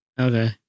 okay